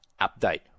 update